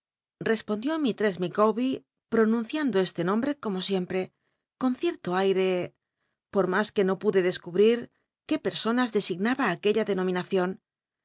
respondió miss micawber pronunciando este nombre como siempre con cierto aire por mas que no pude descubrir qué pcrsonas designaba aquella denom